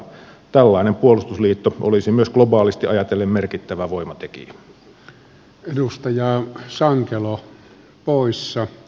tällainen puolustusliitto olisi myös globaalisti ajatellen merkittävä voimatekijä